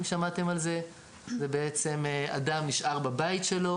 אם שמעתם על זה; זה בעצם כשאדם נשאר בבית שלו